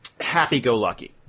happy-go-lucky